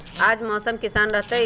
आज मौसम किसान रहतै?